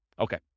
Okay